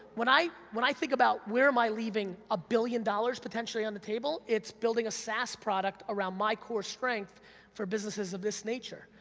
when i when i think about where am leaving a billion dollars potentially on the table it's building a saas product around my core strength for businesses of this nature.